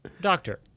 doctor